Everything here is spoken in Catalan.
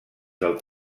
del